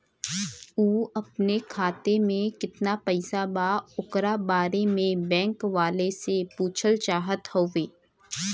उ अपने खाते में कितना पैसा बा ओकरा बारे में बैंक वालें से पुछल चाहत हवे?